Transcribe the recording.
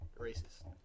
racist